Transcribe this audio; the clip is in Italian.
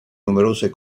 numerose